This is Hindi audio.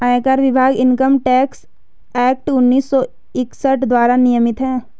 आयकर विभाग इनकम टैक्स एक्ट उन्नीस सौ इकसठ द्वारा नियमित है